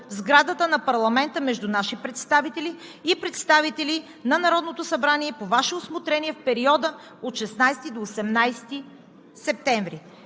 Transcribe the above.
сградата на парламента между наши представители и представители на Народното събрание по Ваше усмотрение в периода от 16 до 18 септември